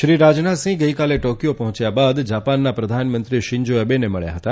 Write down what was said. શ્રી રાજનાથસિંહ ગઇકાલે ટોકીથો પહોંચ્યા બાદ જાપાનના પ્રધાનમંત્રી શીંજા એબેને મળ્યા હતા